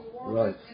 Right